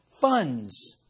funds